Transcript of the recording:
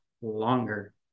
longer